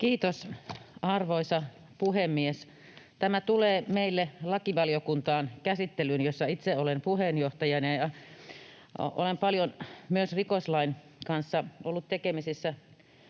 Kiitos, arvoisa puhemies! Tämä tulee meille käsittelyyn lakivaliokuntaan, jossa itse olen puheenjohtajana, ja olen paljon myös rikoslain kanssa ollut tekemisissä